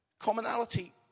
Commonality